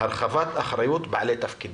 (הרחבת אחריות בעלי תפקידים),